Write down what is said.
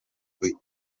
буй